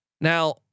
Now